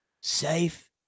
safe